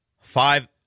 five